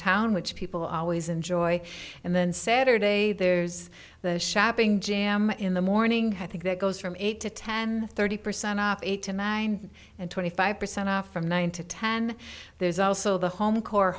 downtown which people always enjoy and then saturday there's the shopping jam in the morning i think that goes from eight to ten thirty percent off eight to nine and twenty five percent off from nine to ten there's also the home core